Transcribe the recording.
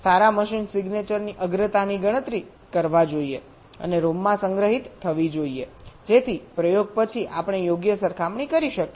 તેથી સારા મશીન સિગ્નેચરની અગ્રતાની ગણતરી કરવા જોઈએ અને રોમમાં સંગ્રહિત થવી જોઈએ જેથી પ્રયોગ પછી આપણે યોગ્ય સરખામણી કરી શકીએ